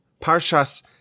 Parshas